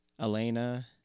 Elena